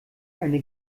eine